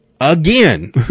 again